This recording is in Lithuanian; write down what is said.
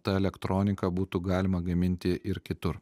tą elektroniką būtų galima gaminti ir kitur